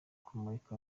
kumurika